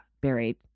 buried